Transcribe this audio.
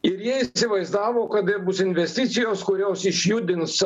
ir jie įsivaizdavo kad bus investicijos kurios išjudins